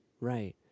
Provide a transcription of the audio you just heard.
right